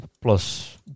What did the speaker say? plus